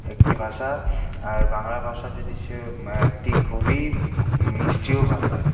একটি ভাষা আর বাংলা ভাষা যদি সে একটি খুবই মিষ্টিও ভাষা